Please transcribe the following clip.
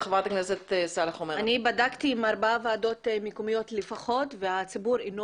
אני בדקתי עם ארבע ועדות מקומיות והציבור אינו